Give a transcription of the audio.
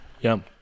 Yum